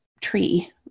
tree